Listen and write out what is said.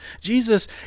jesus